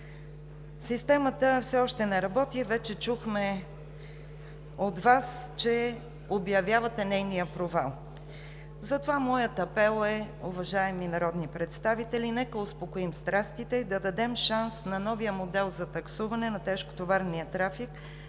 Системата все още не работи, а вече чухме от Вас, че обявявате нейния провал. Затова моят апел е, уважаеми народни представители, нека успокоим страстите и да дадем шанс на новия модел за таксуване на тежкотоварния трафик